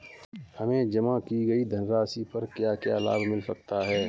हमें जमा की गई धनराशि पर क्या क्या लाभ मिल सकता है?